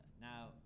Now